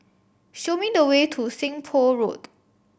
show me the way to Seng Poh Road